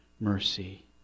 mercy